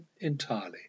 entirely